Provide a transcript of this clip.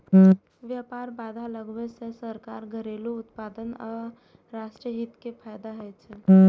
व्यापार बाधा लगाबै सं सरकार, घरेलू उत्पादक आ राष्ट्रीय हित कें फायदा होइ छै